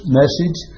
message